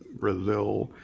brazil,